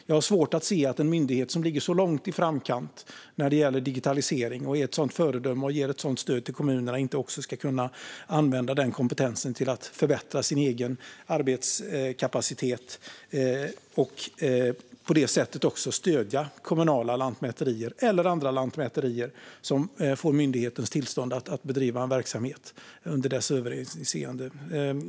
Jag har svårt att se att en myndighet som ligger så långt i framkant när det gäller digitalisering, är ett sådant föredöme och ger ett sådant stöd till kommunerna inte ska kunna använda denna kompetens till att förbättra sin egen arbetskapacitet och på det sättet även stödja kommunala lantmäterier eller andra lantmäterier som får myndighetens tillstånd att bedriva en verksamhet under dess överinseende.